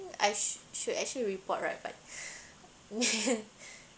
I should actually report right but